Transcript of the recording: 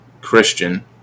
Christian